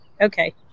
Okay